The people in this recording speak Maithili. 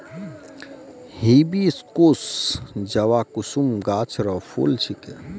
हिबिस्कुस जवाकुसुम गाछ रो फूल छिकै